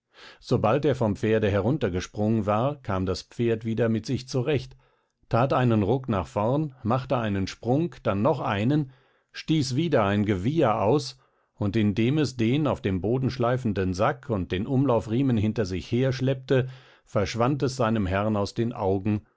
sobald er vom pferde heruntergesprungen war kam das pferd wieder mit sich zurecht tat einen ruck nach vorn machte einen sprung dann noch einen stieß wieder ein gewieher aus und indem es den auf dem boden schleifenden sack und den umlaufriemen hinter sich her schleppte verschwand es seinem herrn aus den augen